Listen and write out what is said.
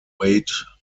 weight